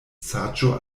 saĝo